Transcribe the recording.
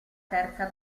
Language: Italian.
terza